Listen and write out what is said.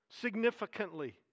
significantly